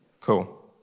Cool